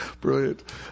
Brilliant